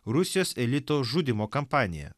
rusijos elito žudymo kampaniją